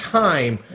time